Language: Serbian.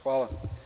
Hvala.